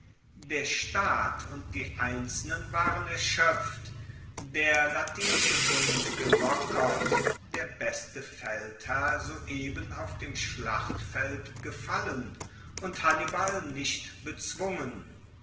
der staat und die einzelnen waren erschoepft der latinische bund gelockert der beste feldherr soeben auf dem schlachtfeld gefallen und hannibal nicht bezwungen